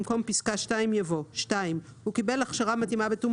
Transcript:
במקום פסקה 2 יבוא: "(2) הוא קיבל הכשרה מתאימה בתחום